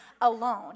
alone